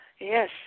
Yes